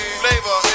flavor